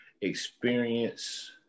experience